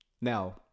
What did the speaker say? Now